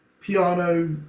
piano